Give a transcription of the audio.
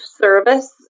service